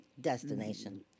destination